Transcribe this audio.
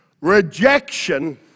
Rejection